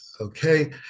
okay